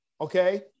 okay